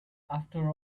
after